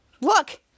Look